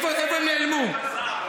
כמה פעמים תחזור על השקר הזה?